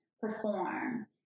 perform